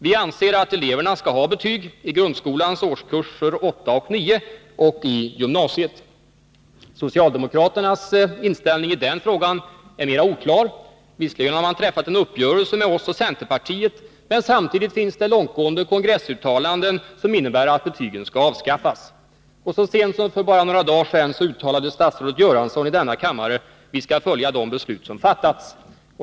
Vi anser att eleverna skall ha betyg i grundskolans årskurs 8 och 9 och i gymnasiet. Socialdemokraternas inställning i betygsfrågan är mer oklar. Visserligen har man träffat en uppgörelse med oss och centerpartiet, men samtidigt finns långtgående kongressuttalanden, som innebär att betygen skall avskaffas. Och så sent som för bara några dagar sedan uttalade statsrådet Göransson i denna kammare: Vi skall följa det beslut som fattats.